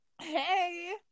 Hey